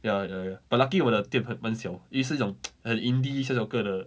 ya ya ya but lucky 我的店很蛮小因为是那种很 indie 小小个的